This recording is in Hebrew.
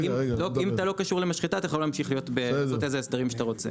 אם אתה לא קשור למשחטה אתה יכול להמשיך להיות באילו הסדרים שאתה רוצה.